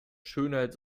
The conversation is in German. schönheit